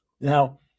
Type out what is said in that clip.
Now